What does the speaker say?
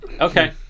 Okay